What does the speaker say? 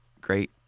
great